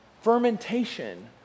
fermentation